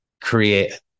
create